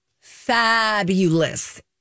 fabulous